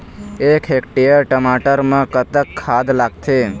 एक हेक्टेयर टमाटर म कतक खाद लागथे?